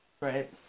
Right